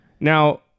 Now